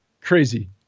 crazy